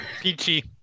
Peachy